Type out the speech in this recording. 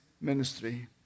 ministry